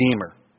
Redeemer